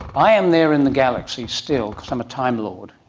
i am there in the galaxy still because i'm a timelord,